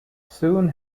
soon